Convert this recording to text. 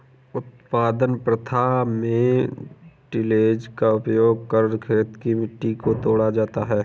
उत्पादन प्रथा में टिलेज़ का उपयोग कर खेत की मिट्टी को तोड़ा जाता है